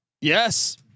Yes